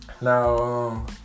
Now